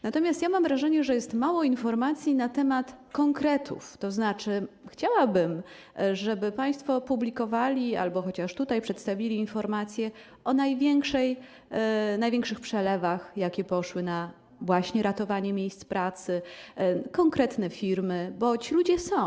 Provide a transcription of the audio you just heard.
Natomiast ja mam wrażenie, że jest mało informacji na temat konkretów, tzn. chciałabym, żeby państwo publikowali albo chociaż tutaj przedstawili informacje o największych przelewach, jakie poszły właśnie na ratowanie miejsc pracy, o konkretnych firmach, bo ci ludzie są.